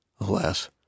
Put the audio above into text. Alas